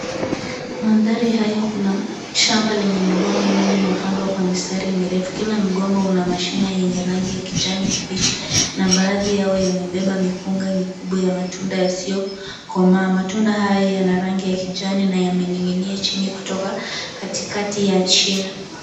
Maandhari haya kuna shamba lenye migomba mingi imepandwa kwa mistari mirefu. Kila mgomba una mashina yenye rangi ya kijani kibichi na baadhi yao yamebeba mikunga mikubwa ya matunda yasiyokomaa. Matunda hayo yana rangi ya kijani na yameninginia chini kutoka katikati ya shina.